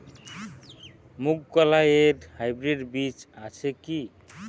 মুগকলাই এর হাইব্রিড বীজ আছে কি?